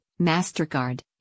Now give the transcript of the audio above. MasterCard